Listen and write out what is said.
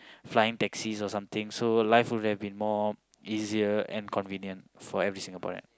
flying taxis or something so life would have been more easier and convenient for every Singaporean